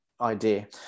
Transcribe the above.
idea